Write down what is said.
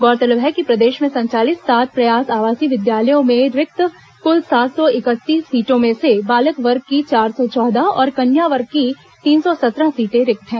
गौरतलब है कि प्रदेश में संचालित सात प्रयास आवासीय विद्यालयों में रिक्त कुल सात सौ इकतीस सीटों में से बालक वर्ग की चार सौ चौदह और कन्या वर्ग की तीन सौ सत्रह सीटें रिक्त हैं